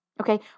Okay